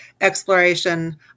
exploration